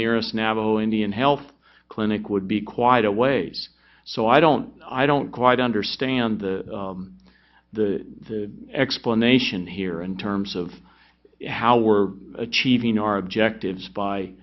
navajo indian health clinic would be quite a ways so i don't i don't quite understand the the explanation here in terms of how we're achieving our objectives by